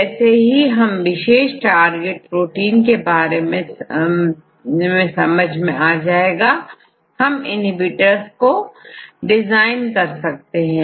जैसे ही हमें विशेष टारगेट प्रोटीन के बारे में समझ में आ जाएगा तो हम इन्हीं बिटर्स को को डिजाइन कर सकते हैं